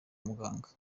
muganga